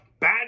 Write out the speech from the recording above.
bad